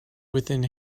within